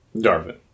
Darwin